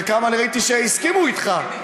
אני ראיתי שחלקם הסכימו אתך,